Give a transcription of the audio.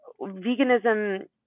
Veganism